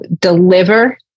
deliver